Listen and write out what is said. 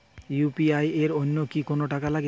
UPI এর জন্য কি কোনো টাকা লাগে?